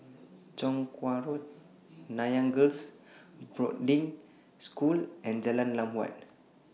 Chong Kuo Road Nanyang Girls' Boarding School and Jalan Lam Huat